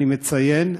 אני מציין,